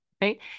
right